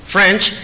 French